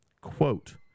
Quote